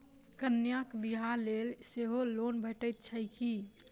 कन्याक बियाह लेल सेहो लोन भेटैत छैक की?